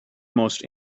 most